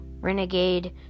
renegade